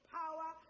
power